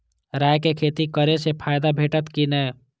राय के खेती करे स फायदा भेटत की नै?